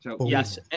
yes